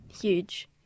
huge